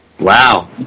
Wow